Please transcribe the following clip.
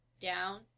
down